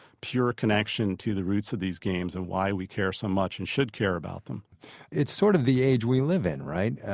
pure connection to the roots of these games and why we care so much and should care about them it's sort of the age we live in, right?